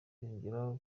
yongeyeho